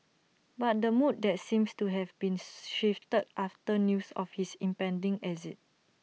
but that mood that seems to have been shifted after news of his impending exit